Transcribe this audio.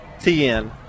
TN